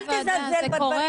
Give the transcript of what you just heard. אל תזלזל בדברים.